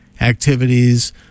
activities